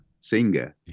singer